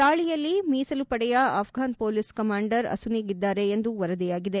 ದಾಳಯಲ್ಲಿ ಮೀಸಲು ಪಡೆಯ ಆಫ್ಲನ್ ಪೊಲೀಸ್ ಕಮಾಂಡರ್ ಅಸು ನೀಗಿದ್ದಾರೆ ಎಂದು ವರದಿಯಾಗಿದೆ